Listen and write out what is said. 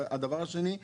והדבר השני,